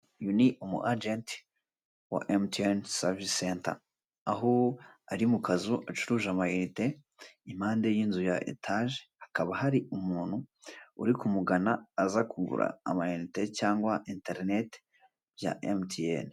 Uyu ni umu ajenti wa MTN savisi senta , aho ari mukazu acuruje ama inite impande yinzu ya etaje hakaba hari umuntu uri kumugana aza kugura ama inite cyangwa enterineti bya MTN.